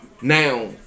now